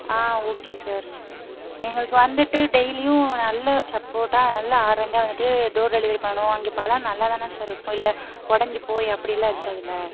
ஆ okay sir எங்களுக்கு வந்துட்டு டெய்லியும் நல்ல சப்போட்டா நல்ல ஆரஞ்சு வந்துட்டு டோர் டெலிவரி பண்ணணும் அங்கே பழம் நல்லாதானே சார் இருக்கும் இல்லை உடஞ்சி போய் அப்படிலாம் இருக்காதுல்லை